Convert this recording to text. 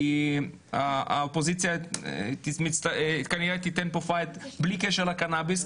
כי האופוזיציה כנראה תיתן פה פייט בלי קשר לקנאביס,